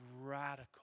radical